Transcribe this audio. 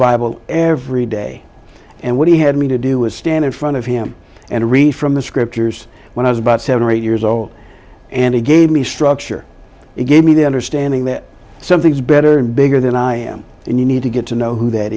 bible every day and what he had me to do was stand in front of him and read from the scriptures when i was about seven or eight years old and he gave me structure it gave me the understanding that something is better and bigger than i am and you need to get to know who that